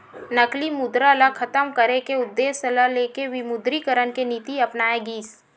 नकली मुद्रा ल खतम करे के उद्देश्य ल लेके विमुद्रीकरन के नीति अपनाए गिस